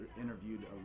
interviewed